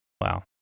Wow